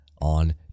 On